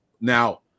Now